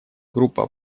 группа